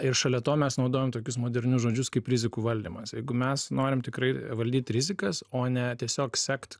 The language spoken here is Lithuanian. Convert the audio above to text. ir šalia to mes naudojam tokius modernius žodžius kaip rizikų valdymas jeigu mes norim tikrai valdyt rizikas o ne tiesiog sekt